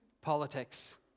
politics